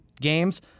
games